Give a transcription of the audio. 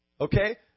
Okay